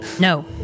No